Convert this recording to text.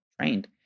trained